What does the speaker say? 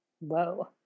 Whoa